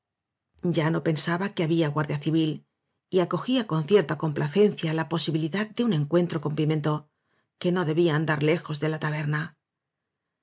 ya no pensaba que había guardia civil y acoja con cierta complacencia la posibilidad de un encuentro con pimentó que no debía andar lejos de la taberna